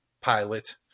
pilot